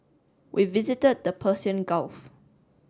we visited the Persian Gulf